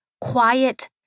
quiet